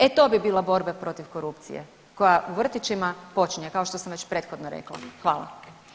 E to bi bila borba protiv korupcije koja u vrtićima počinje kao što sam već prethodno rekla.